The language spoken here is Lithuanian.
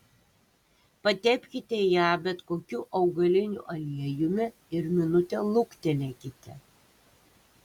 patepkite ją bet kokiu augaliniu aliejumi ir minutę luktelėkite